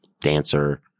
dancer